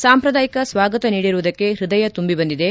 ಸಾಂಪ್ರದಾಯಿಕ ಸ್ವಾಗತ ನೀಡಿರುವುದಕ್ಕೆ ಹ್ವದಯ ತುಂಬಿ ಬಂದಿದೆ